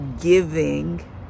giving